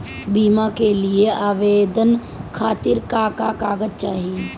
बीमा के लिए आवेदन खातिर का का कागज चाहि?